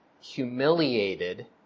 humiliated